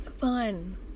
fun